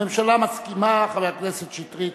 הממשלה מסכימה, חבר הכנסת שטרית